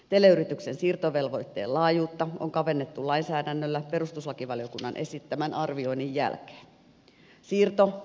teleyrityksen siirtovelvoitteen laajuutta on kavennettu lainsäädännöllä perustuslakivaliokunnan esittämän arvioinnin jälkeen